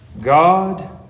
God